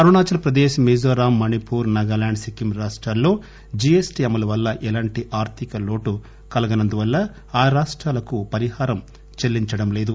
అరుణాచల్ ప్రదేశ్ మిజోరం మణిపూర్ నాగాలాండ్ సిక్కిం రాష్టాల్లో G S T అమలు వల్ల ఎలాంటి ఆర్దిక లోటు కలగనందువల్ల ఆ రాష్టాలకు పరిహారం చెల్లించడం లేదు